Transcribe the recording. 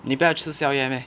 你不要吃宵夜 meh